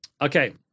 Okay